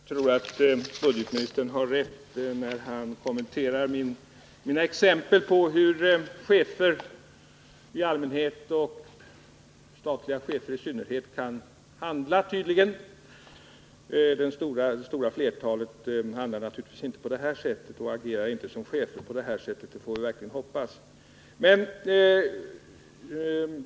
Herr talman! Jag tror att budgetministern har rätt när han kommenterar mina exempel på hur chefer i allmänhet och statliga chefer i synnerhet kan handla. Det stora flertalet handlar inte på det här sättet och agerar inte som chefer på det här sättet — det får vi verkligen hoppas.